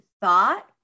thought